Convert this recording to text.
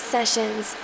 Sessions